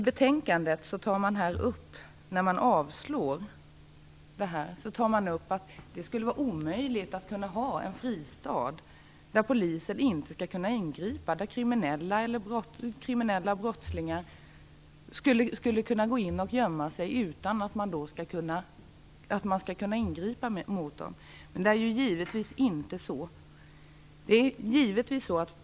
När man avslår detta i betänkandet tar man upp att det skulle vara omöjligt att ha en fristad där polisen inte kan ingripa. Då skulle kriminella brottslingar kunna gå in och gömma sig utan att man kan ingripa mot dem. Men det är givetvis inte så.